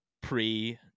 pre